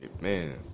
Man